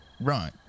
Right